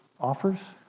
offers